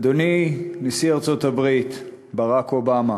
אדוני נשיא ארצות-הברית ברק אובמה,